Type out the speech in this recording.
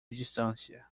distância